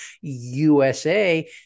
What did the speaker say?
USA